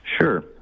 sure